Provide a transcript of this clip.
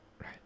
right